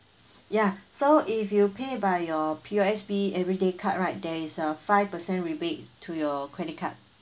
ya so if you pay by your P_O_S_B everyday card right there is a five percent rebate to your credit card